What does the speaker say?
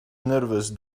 nervous